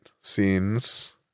scenes